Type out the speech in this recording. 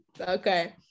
Okay